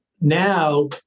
Now